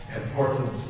important